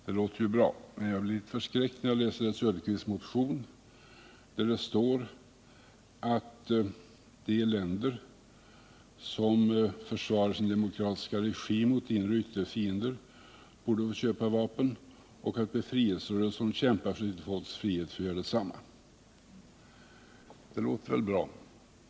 Det låter bra, men jag blir litet förskräckt när jag läser herr Söderqvists motion där det står att de länder som försvarar sin demokratiska regim mot inre och yttre fiender borde få köpa vapen och att befrielserörelser som kämpar för sitt folks frihet borde få göra detsamma. Det låter väl bra.